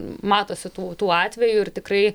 matosi tų tų atvejų ir tikrai